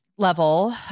level